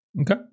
Okay